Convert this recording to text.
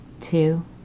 two